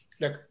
look